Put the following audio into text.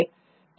ಇದು DNA